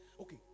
Okay